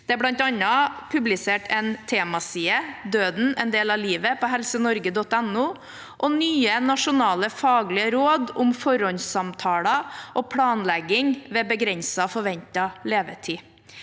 Det er bl.a. publisert en temaside, «Døden – en del av livet», på helsenorge.no., og nye nasjonale faglige råd om forhåndssamtaler og planlegging ved begrenset forventet levetid.